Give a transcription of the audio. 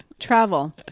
Travel